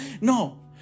No